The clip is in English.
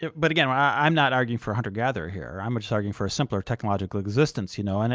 but again, i'm not arguing for hunter-gatherer here. i'm just arguing for a simpler technological existence, you know, and